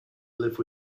live